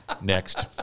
Next